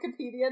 Wikipedia